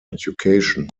education